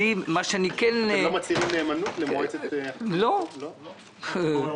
אם היינו עובדים במלוא הקצב, היינו קוראים